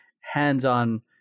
hands-on